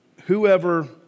Whoever